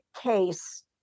case